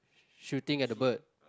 shooting at the bird